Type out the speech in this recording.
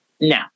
No